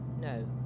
No